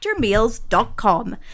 factormeals.com